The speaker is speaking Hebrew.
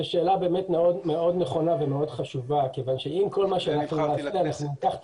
זו שאלה מאוד נכונה ומאוד חשובה כיוון שאם ניקח את